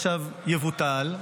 עכשיו יבוטל,